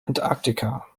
antarktika